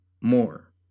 more